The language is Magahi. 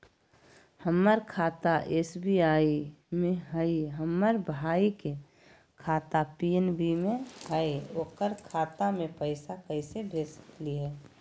हमर खाता एस.बी.आई में हई, हमर भाई के खाता पी.एन.बी में हई, ओकर खाता में पैसा कैसे भेज सकली हई?